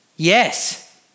Yes